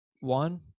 One